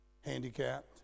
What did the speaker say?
Handicapped